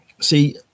See